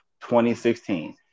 2016